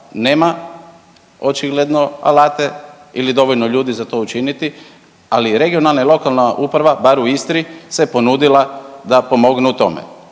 nema očigledno alate ili dovoljno ljudi za to učiniti ali regionalna ili lokalna uprava barem u Istri se ponudila da pomogne u tome.